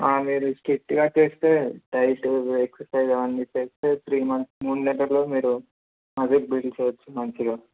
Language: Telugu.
మీరు స్ట్రిక్ట్గా చేస్తే డైట్ ఎక్ససైజ్ అవన్నీ చేస్తే త్రీ మంత్స్ మూడు నెలల్లో మీరు మసల్ బిల్డ్ చెయ్యచ్చు మంచిగా